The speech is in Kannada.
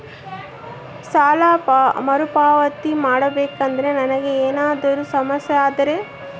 ಸಾಲ ಮರುಪಾವತಿ ಮಾಡಬೇಕಂದ್ರ ನನಗೆ ಏನಾದರೂ ಸಮಸ್ಯೆ ಆದರೆ?